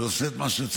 שהוא עושה את מה שצריך,